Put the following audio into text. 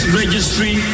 registry